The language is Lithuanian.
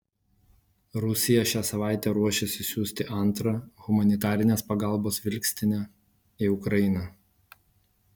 rusija šią savaitę ruošiasi siųsti antrą humanitarinės pagalbos vilkstinę į ukrainą